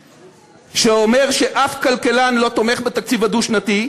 שאומר שאף כלכלן לא תומך בתקציב הדו-שנתי,